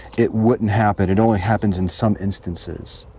it wouldn't happen. it only happens in some instances.